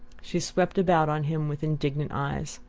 she swept about on him with indignant eyes.